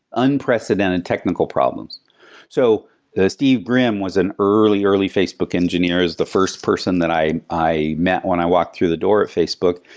unprecedented technical problems so steve grimm was an early, early facebook engineer, is the first person that i i met when i walked through the door at facebook.